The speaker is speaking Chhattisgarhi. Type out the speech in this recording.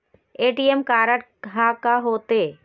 ए.टी.एम कारड हा का होते?